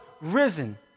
risen